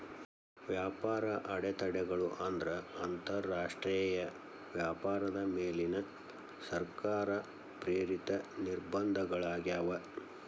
ವ್ಯಾಪಾರ ಅಡೆತಡೆಗಳು ಅಂದ್ರ ಅಂತರಾಷ್ಟ್ರೇಯ ವ್ಯಾಪಾರದ ಮೇಲಿನ ಸರ್ಕಾರ ಪ್ರೇರಿತ ನಿರ್ಬಂಧಗಳಾಗ್ಯಾವ